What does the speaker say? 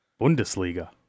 Bundesliga